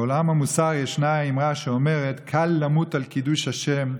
בעולם המוסר ישנה האמרה שאומרת: קל למות על קידוש השם,